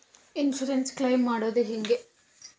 Insurance claim ಮಾಡದು ಹೆಂಗೆ?